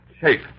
shape